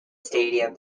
stadium